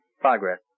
progress